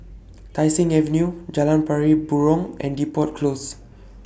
Tai Seng Avenue Jalan Pari Burong and Depot Close